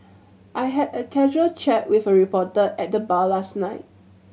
I had a casual chat with a reporter at the bar last night